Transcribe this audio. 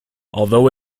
although